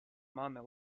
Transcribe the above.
mani